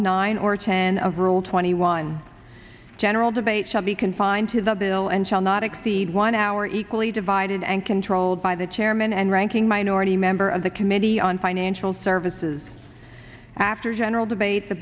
nine or ten of rule twenty one general debate shall be confined to the bill and shall not exceed one hour equally divided and controlled by the chairman and ranking minority member of the committee on financial services after general debate the